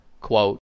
Quote